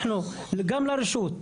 לרשות,